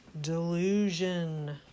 delusion